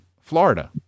Florida